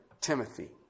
Timothy